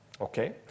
okay